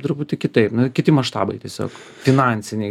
truputį kitaip nu kiti maštabai tiesiog finansiniai